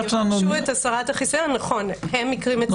יאשרו את הסרת החיסיון, הם מקרים מצומצמים.